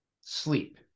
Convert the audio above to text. sleep